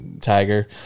tiger